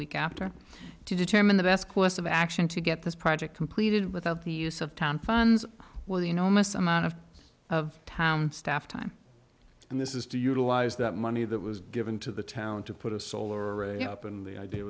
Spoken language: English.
week after to determine the best course of action to get this project completed without the use of town funds where the enormous amount of of town staff time and this is to utilize that money that was given to the town to put a solar array up and the idea